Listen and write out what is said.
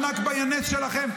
הנכבה היא הנס שלכם,